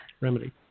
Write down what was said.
remedy